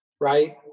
right